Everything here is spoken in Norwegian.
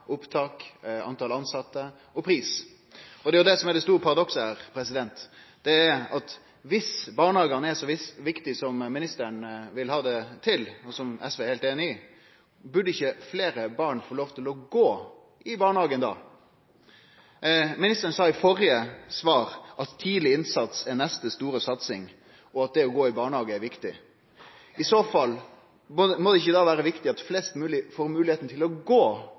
opptak, talet tilsette og pris. Det er jo det som er det store paradokset her, at viss barnehagane er så viktige som ministeren vil ha det til – og som SV er heilt einig i – burde ikkje fleire barn få lov til å gå i barnehagen? Ministeren sa i førre svar at tidleg innsats er neste store satsing, og at det å gå i barnehage er viktig. I så fall, må det ikkje da vere viktig at flest mogleg får moglegheita til å gå